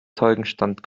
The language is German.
zeugenstand